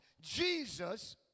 Jesus